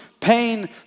pain